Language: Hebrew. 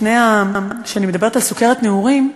לפני שאני מדברת על סוכרת נעורים.